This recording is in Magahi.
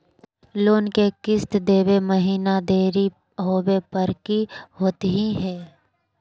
लोन के किस्त देवे महिना देरी होवे पर की होतही हे?